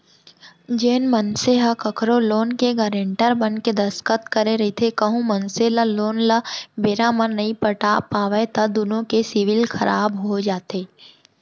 जेन मनसे ह कखरो लोन के गारेंटर बनके दस्कत करे रहिथे कहूं मनसे ह लोन ल बेरा म नइ पटा पावय त दुनो के सिविल खराब हो जाथे